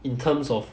in terms of